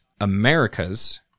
Americas